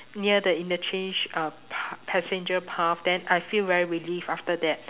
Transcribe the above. near the interchange uh p~ passenger path then I feel very relieved after that